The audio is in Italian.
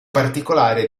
particolare